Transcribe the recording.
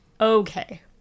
Okay